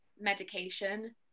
medication